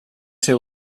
ser